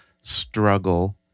struggle